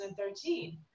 2013